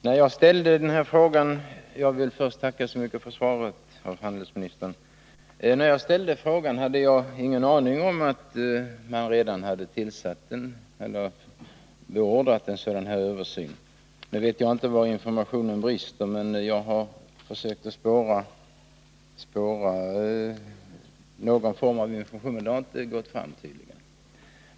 Herr talman! Jag vill först tacka handelsministern så mycket för svaret. När jag ställde frågan hade jag ingen aning om att översynen redan hade beordrats. Jag vet inte var det brister, men informationen har tydligen inte gått fram.